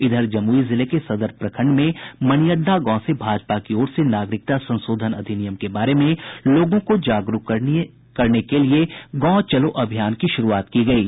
इधर जमुई जिले के सदर प्रखंड में मनिअड्डा गांव से भाजपा की ओर से नागरिकता संशोधन अधिनियम के बारे में लोगों को जागरूक करने के लिये गांव चलो अभियान की शुरूआत की गयी